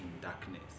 darkness